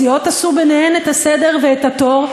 הסיעות עשו ביניהן את הסדר ואת התור.